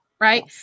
right